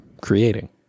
creating